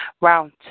Round